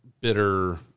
bitter